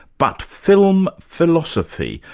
but film philosophy.